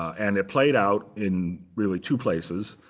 and it played out in really two places.